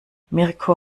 mirko